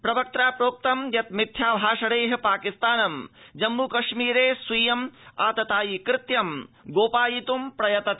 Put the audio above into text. प्रवक्त्रा प्रोक्तं यत् मिथ्या भाषणैः पाकिस्तानं जम्मूकश्मीरे स्वीयम् आततायि कृत्यं गोपयित् प्रयतते